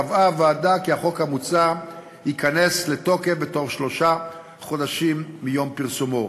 קבעה הוועדה כי החוק המוצע ייכנס לתוקף בתום שלושה חודשים מיום פרסומו.